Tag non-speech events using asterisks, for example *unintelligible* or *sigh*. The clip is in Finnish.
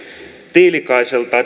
tiilikaiselta *unintelligible*